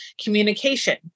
Communication